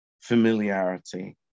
familiarity